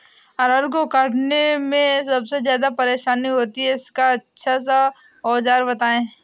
अरहर को काटने में सबसे ज्यादा परेशानी होती है इसका अच्छा सा औजार बताएं?